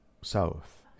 south